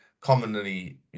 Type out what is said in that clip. commonly